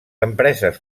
empreses